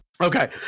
Okay